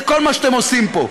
זה כל מה שאתם עושים פה,